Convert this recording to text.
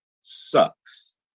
sucks